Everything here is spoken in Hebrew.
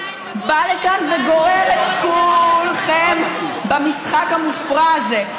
בא לכאן וגורר את כולכם למשחק המופרע הזה.